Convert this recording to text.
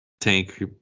Tank